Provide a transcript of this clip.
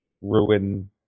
ruin